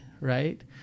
right